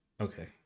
Okay